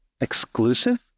exclusive